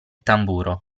tamburo